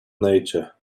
nature